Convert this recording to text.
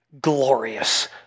glorious